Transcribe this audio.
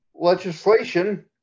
legislation